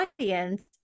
audience